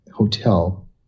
hotel